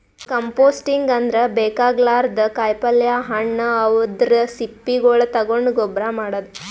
composting ಅಂದ್ರ ಬೇಕಾಗಲಾರ್ದ್ ಕಾಯಿಪಲ್ಯ ಹಣ್ಣ್ ಅವದ್ರ್ ಸಿಪ್ಪಿಗೊಳ್ ತಗೊಂಡ್ ಗೊಬ್ಬರ್ ಮಾಡದ್